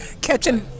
Catching